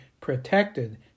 protected